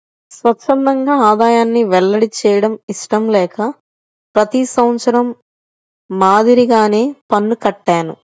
స్వఛ్చందంగా ఆదాయాన్ని వెల్లడి చేయడం ఇష్టం లేక ప్రతి సంవత్సరం మాదిరిగానే పన్ను కట్టాను